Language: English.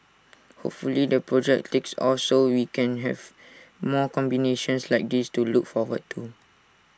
hopefully the project takes off so we can have more combinations like this to look forward to